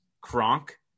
Kronk